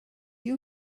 you